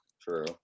true